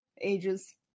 ages